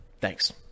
Thanks